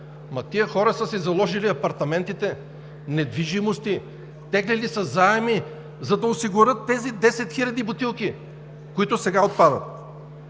тези хора са си заложили апартаментите, недвижимости, теглили са заеми, за да осигурят тези 10 хиляди бутилки, които сега отпадат.